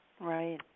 Right